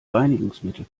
reinigungsmittel